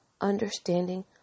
understanding